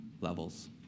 levels